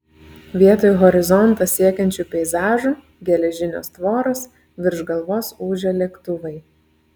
vietoj horizontą siekiančių peizažų geležinės tvoros virš galvos ūžia lėktuvai